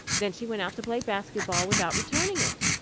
then she went out to play basketball without returning it.